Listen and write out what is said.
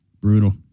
brutal